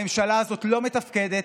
הממשלה הזאת לא מתפקדת,